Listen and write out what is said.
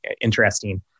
interesting